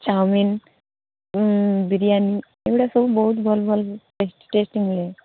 chowmein biryani ଏଗୁଡ଼ା ସବୁ ବହୁତ ଭଲ ଭଲ ଟେଷ୍ଟି ଟେଷ୍ଟି ମିଳେ